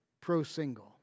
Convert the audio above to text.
pro-single